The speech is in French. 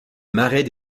marais